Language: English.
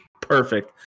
perfect